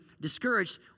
discouraged